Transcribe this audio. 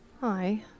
Hi